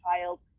child